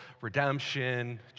redemption